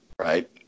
right